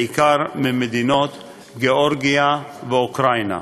בעיקר ממדינות גאורגיה ואוקראינה.